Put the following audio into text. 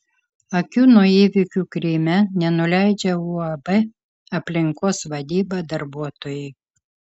akių nuo įvykių kryme nenuleidžia uab aplinkos vadyba darbuotojai